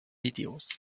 videos